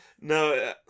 No